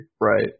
Right